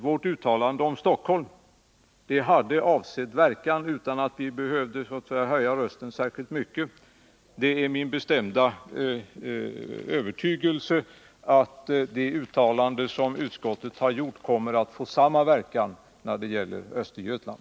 Vårt uttalande om Stockholm hade avsedd verkan utan att vi behövde så att säga höja rösten särskilt mycket. Det är min bestämda övertygelse att det uttalande som utskottet har gjort kommer att få samma verkan när det gäller Östergötland.